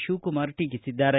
ಶಿವಕುಮಾರ ಟೀಕಿಸಿದ್ದಾರೆ